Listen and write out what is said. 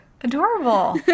Adorable